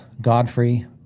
Godfrey